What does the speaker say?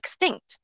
extinct